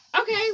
Okay